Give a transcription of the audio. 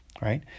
right